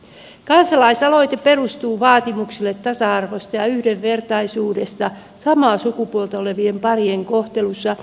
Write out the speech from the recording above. kansalaisaloite perustuu vaatimuksille tasa arvosta ja yhdenvertaisuudesta samaa sukupuolta olevien parien kohtelussa